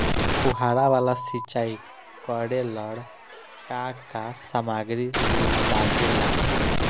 फ़ुहारा वाला सिचाई करे लर का का समाग्री लागे ला?